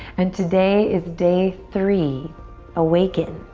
and today is day three awaken.